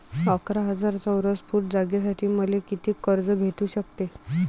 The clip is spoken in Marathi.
अकरा हजार चौरस फुट जागेसाठी मले कितीक कर्ज भेटू शकते?